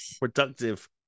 Productive